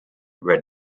were